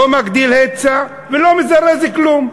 לא מגדיל היצע ולא מזרז כלום.